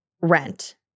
rent